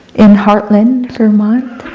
in hartland, vermont.